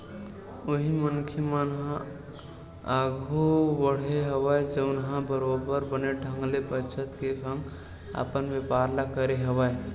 उही मनखे मन ह आघु बड़हे हवय जउन ह बरोबर बने ढंग ले बचत के संग अपन बेपार ल करे हवय